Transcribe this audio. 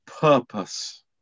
purpose